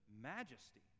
majesty